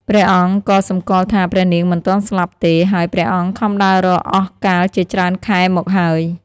ព្រះអង្គក៏សំគាល់ថា ព្រះនាងមិនទាន់ស្លាប់ទេ ហើយព្រះអង្គខំដើររកអស់កាលជាច្រើនខែមកហើយ ។